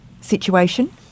situation